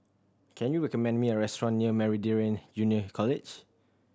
can you recommend me a restaurant near Meridian Junior College